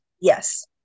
Yes